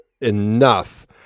enough